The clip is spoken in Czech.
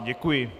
Děkuji.